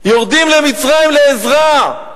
יורדים למצרים לעזרה.